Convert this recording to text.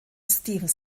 stevens